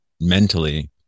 mentally